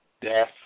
death